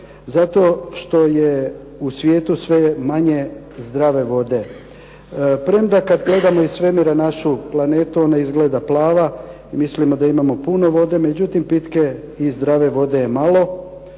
zato što je u svijetu sve manje zdrave vode. Premda kada gledamo iz svemira našu planetu ona izgleda plava i mislimo da ona ima puno vode, međutim pitke i zdrave vode je malo,